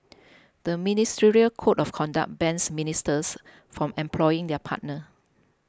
the ministerial code of conduct bans ministers from employing their partner